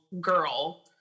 girl